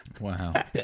Wow